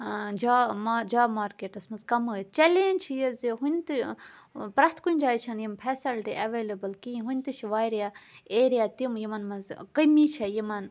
ٲں جا ما جاب مارکیٚٹَس منٛز کَمٲیِتھ چَلینٛج چھِ یہِ زِ وُنہِ تہِ پرٛیٚتھ کُنہِ جایہِ چھَنہٕ یِم فیسَلٹی ایٚولیبٕل کِہیٖنۍ وُنہِ تہِ چھِ واریاہ ایریا تِم یِمَن منٛز کٔمی چھِ یِمَن